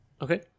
Okay